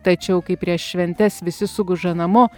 tačiau kai prieš šventes visi suguža namo